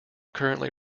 currently